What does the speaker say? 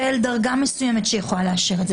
של דרגה מסוימת שיכולה לאשר את זה.